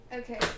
Okay